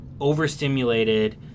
overstimulated